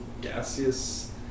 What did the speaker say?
gaseous